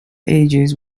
ages